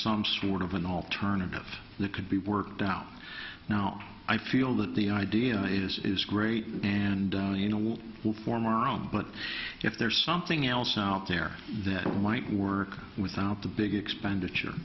some sort of an alternative that could be worked out now i feel that the idea is great and you know what will form our own but if there's something else out there that might work without the big expenditure